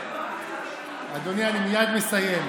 אדוני, אני מייד מסיים.